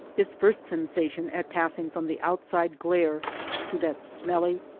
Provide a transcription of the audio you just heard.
this first sensation at passing from the outside glare to that smelly,